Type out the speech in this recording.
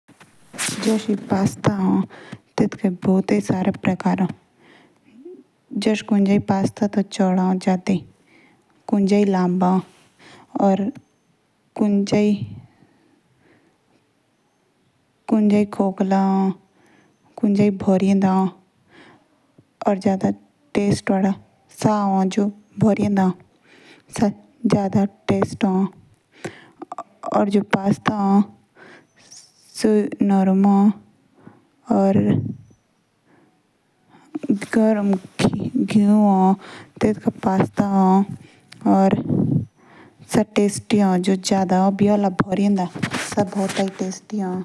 जश पास्ता ए। टी तेतुके भुते पारकर है। कुंजा ही चिदा है। कुंजा ही लंबा है। कुञ्जा ही शन्क्रकित ह। कुंजा खोखा एच।